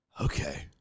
okay